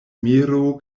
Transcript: miro